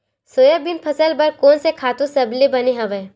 Soybean फसल बर कोन से खातु सबले बने हवय?